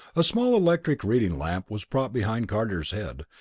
a small electric reading lamp was propped behind carter's head,